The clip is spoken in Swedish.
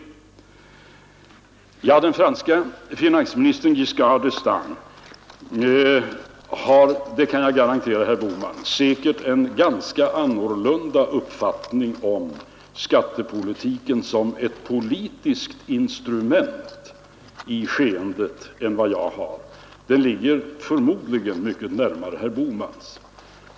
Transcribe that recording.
Den franske finansministern Giscard d”Estaing har — det kan jag garantera, herr Bohman — säkerligen en ganska annorlunda uppfattning om skattepolitiken som ett politiskt instrument i skeendet än vad jag har. Den ligger förmodligen mycket närmare herr Bohmans.